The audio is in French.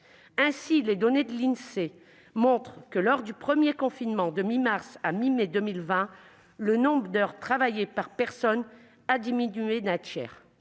Ainsi les données de l'Insee montrent-elles que, lors du premier confinement, de mi-mars à mi-mai 2020, le nombre d'heures travaillées par personne a diminué d'un tiers,